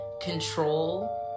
control